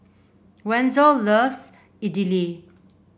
Wenzel loves Idili